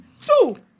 Two